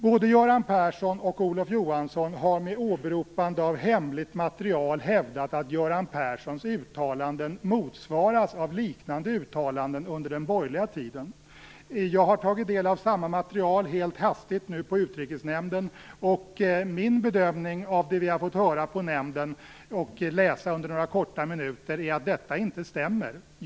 Både Göran Persson och Olof Johansson har med åberopande av hemligt material hävdat att Göran Perssons uttalanden motsvaras av liknande uttalanden under den borgerliga tiden. Jag har tagit del av samma material helt hastigt nyss i Utrikesnämnden. Min bedömning av det som vi fått höra i nämnden och som vi fått läsa helt kort under några minuter är att detta inte stämmer.